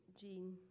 gene